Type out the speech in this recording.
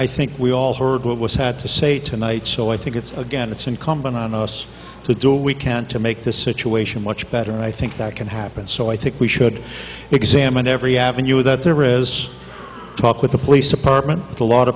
i think we all heard what was had to say tonight so i think it's again it's incumbent on us to do what we can to make this situation much better and i think that can happen so i think we should examine every avenue that there is talk with the police department with a lot